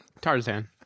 tarzan